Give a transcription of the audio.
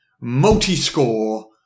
multi-score